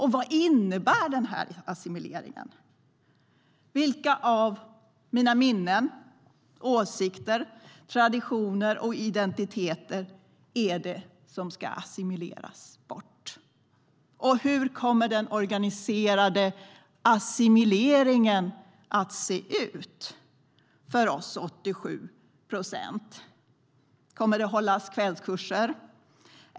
Och vad innebär denna assimilering? Vilka av mina minnen, åsikter, traditioner och identiteter är det som ska assimileras bort? Hur kommer den organiserade assimileringen för oss 87 procent se ut? Kommer det att hållas kvällskurser?